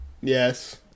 Yes